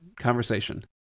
conversation